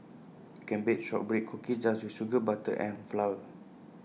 can bake Shortbread Cookies just with sugar butter and flour